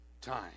time